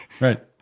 right